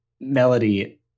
Melody